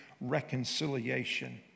reconciliation